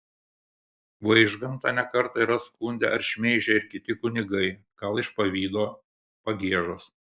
vaižgantą ne kartą yra skundę ar šmeižę ir kiti kunigai gal iš pavydo pagiežos